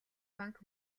банк